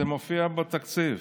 זה מופיע בתקציב,